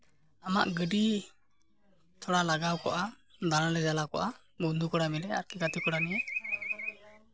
ᱟᱢᱟᱜ ᱜᱟᱹᱰᱤ ᱛᱷᱚᱲᱟ ᱞᱟᱜᱟᱣ ᱠᱚᱜᱼᱟ ᱫᱟᱬᱟᱱ ᱞᱮ ᱪᱟᱞᱟᱣ ᱠᱚᱜᱼᱟ ᱵᱚᱱᱫᱷᱩ ᱠᱚᱲᱟ ᱢᱤᱞᱮ ᱟᱨᱠᱤ ᱜᱟᱛᱮ ᱠᱚᱲᱟ ᱜᱮ